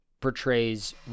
portrays